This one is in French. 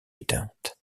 éteintes